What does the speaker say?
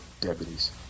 deputies